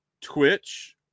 Twitch